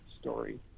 story